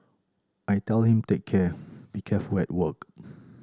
I tell him take care be careful work